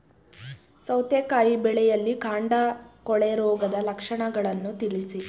ಸೌತೆಕಾಯಿ ಬೆಳೆಯಲ್ಲಿ ಕಾಂಡ ಕೊಳೆ ರೋಗದ ಲಕ್ಷಣವನ್ನು ತಿಳಿಸಿ?